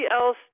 else